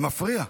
זה מפריע.